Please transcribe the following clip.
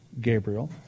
Gabriel